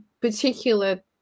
particular